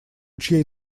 чьей